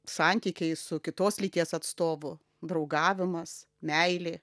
santykiai su kitos lyties atstovu draugavimas meilė